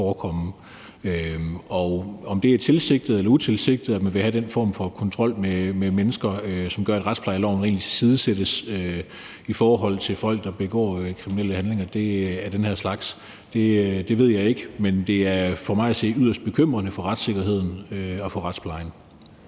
Om det er tilsigtet eller utilsigtet, at man vil have den form for kontrol med mennesker, hvilket gør, at retsplejeloven reelt tilsidesættes i forhold til folk, der begår kriminelle handlinger af den her slags, ved jeg ikke, men det er for mig at se yderst bekymrende for retssikkerheden og for retsplejen.